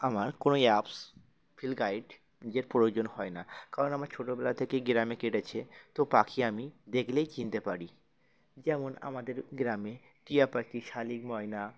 আমার কোনো apps field guide নিজের প্রয়োজন হয় না কারণ আমার ছোটোবেলা থেকেই গ্রামে কেটেছে তো পাখি আমি দেখলেই চিনতে পারি যেমন আমাদের গ্রামে টিয়া পাখি শালিক ময়না